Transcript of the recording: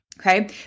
okay